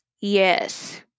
Yes